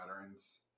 veterans